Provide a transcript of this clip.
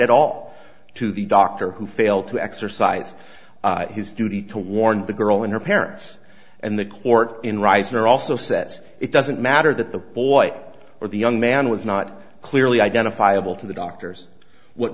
at all to the doctor who failed to exercise his duty to warn the girl and her parents and the court in ryznar also says it doesn't matter that the boy or the young man was not clearly identifiable to the doctors what